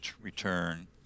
return